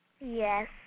Yes